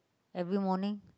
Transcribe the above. every morning